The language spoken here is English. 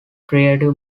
creative